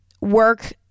work